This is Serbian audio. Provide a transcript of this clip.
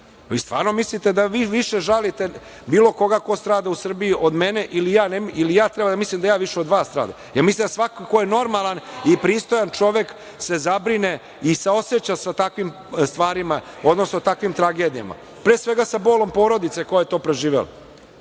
Vi stvarno mislite da vi više žalite bilo koga ko strada u Srbiji od mene, ili ja treba da mislim da ja više od vas stradam? Jel mislite da svako ko je normalan i pristojan čovek se zabrine i saoseća sa takvim stvarima, odnosno takvim tragedijama? Pre svega sa bolom porodice koja je to preživela.